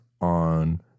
on